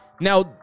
Now